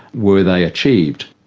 were they achieved?